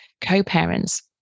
co-parents